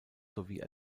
sowie